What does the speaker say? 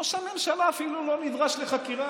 ראש הממשלה אפילו לא נדרש לחקירה.